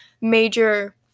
major